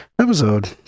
episode